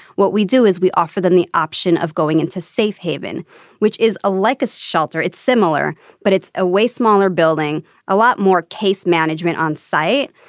what we do is we offer them the option of going into safe haven which is ah like a shelter it's similar but it's a way smaller building a lot more case management on site.